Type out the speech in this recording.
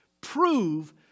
prove